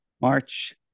March